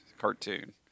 cartoon